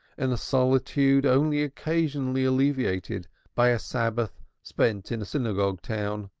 in a solitude only occasionally alleviated by a sabbath spent in a synagogue town.